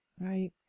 right